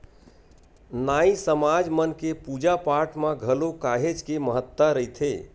नाई समाज मन के पूजा पाठ म घलो काहेच के महत्ता रहिथे